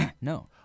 No